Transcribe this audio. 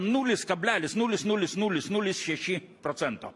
nulis kablelis nulis nulis nulis nulis šeši procento